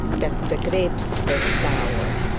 that the grapes were sour.